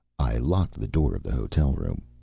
i locked the door of the hotel room.